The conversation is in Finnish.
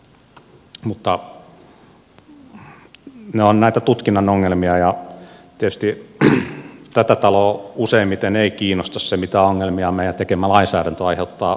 mutta ne ovat näitä tutkinnan ongelmia ja tietysti tätä taloa useimmiten ei kiinnosta se mitä ongelmia meidän tekemä lainsäädäntö aiheuttaa viranomaisissa